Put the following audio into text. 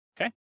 Okay